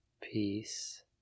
peace